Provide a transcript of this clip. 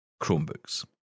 Chromebooks